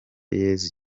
yezu